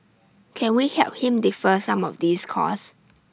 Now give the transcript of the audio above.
can we help them defer some of these costs